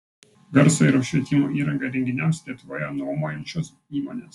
garso ir apšvietimo įrangą renginiams lietuvoje nuomojančios įmonės